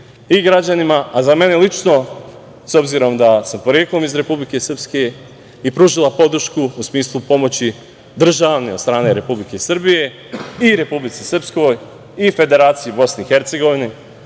i građanima, a za mene lično, s obzirom da sam poreklom iz Republike Srpske, i pružila podršku u smislu pomoći državne od strane Republike Srbije i Republici Srpskoj i Federaciji BiH i zajedničkim